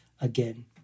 again